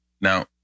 Now